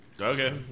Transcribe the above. Okay